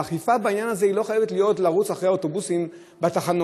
האכיפה בעניין הזה לא חייבת לרוץ אחרי האוטובוסים בתחנות,